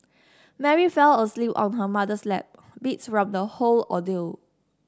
Mary fell asleep on her mother's lap beat from the whole ordeal